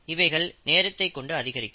இவைகள் நேரத்தைக் கொண்டு அதிகரிக்கும்